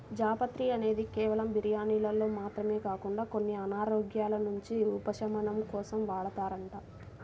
జాపత్రి అనేది కేవలం బిర్యానీల్లో మాత్రమే కాకుండా కొన్ని అనారోగ్యాల నుంచి ఉపశమనం కోసం వాడతారంట